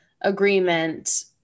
agreement